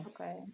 okay